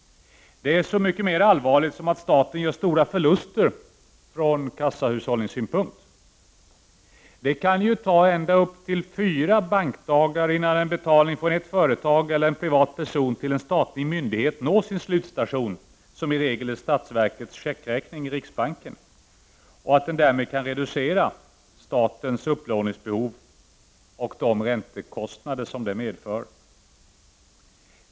Detta är så mycket mera allvarligt som staten gör stora förluster från kassahållningssynpunkt. Det kan ta ända upp till fyra bankdagar innan en betalning från ett företag eller en privat person till en statlig myndighet når sin slutstation — som i regel är statsverkets checkräkning i riksbanken — och därmed kan reducera statens upplåningsbehov och de räntekostnader som det medför.